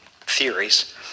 theories